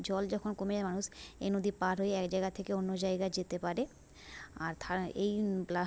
জল যখন কমে যায় মানুষ এ নদী পার হয়ে এক জায়গা থেকে অন্য জায়গা যেতে পারে আর থা এই লা